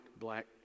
black